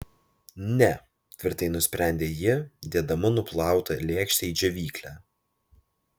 ne tvirtai nusprendė ji dėdama nuplautą lėkštę į džiovyklę